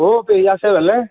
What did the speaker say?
অঁ পেহী আছে ভালে